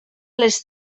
les